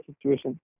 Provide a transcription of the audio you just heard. situation